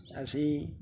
ਅਸੀਂ